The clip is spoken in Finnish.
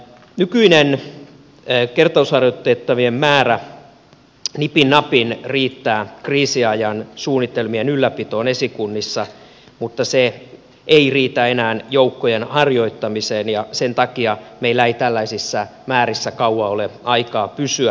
nykyinen kertausharjoitettavien määrä nipin napin riittää kriisiajan suunnitelmien ylläpitoon esikunnissa mutta se ei riitä enää joukkojen harjoittamiseen ja sen takia meillä ei tällaisissa määrissä kauan ole aikaa pysyä